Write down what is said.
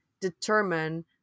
determine